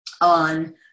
on